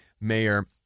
Mayor